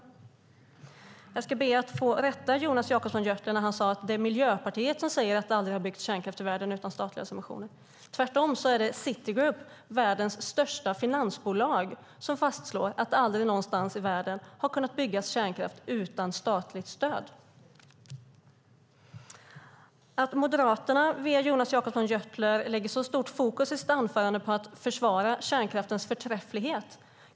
Jag ska be att få rätta Jonas Jacobsson Gjörtler när han säger att det är Miljöpartiet som säger att det aldrig har byggts kärnkraft i världen utan statliga subventioner. Tvärtom är det Citigroup, världens största finansbolag, som fastslår att det aldrig någonstans i världen har kunnat byggas kärnkraft utan statligt stöd. Moderaterna sätter via Jonas Jacobsson Gjörtler i hans anförande stort fokus på att försvara kärnkraftens förträfflighet.